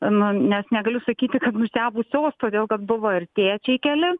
na nes negaliu sakyti kad nusiavusios todėl kad buvo ir tėčiai keli